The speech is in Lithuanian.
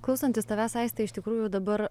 klausantis tavęs aiste iš tikrųjų dabar